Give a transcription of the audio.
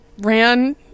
ran